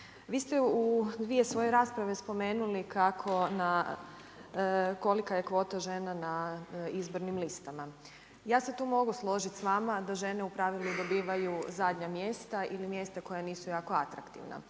Vi ste u dvije svoje rasprave spomenuli kolika je kvota žena na izbornim listama. Ja se tu mogu složiti s vama da žene u pravilu dobivaju zadnja mjesta ili mjesta koja nisu jako atraktivna.